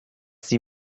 sie